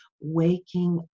waking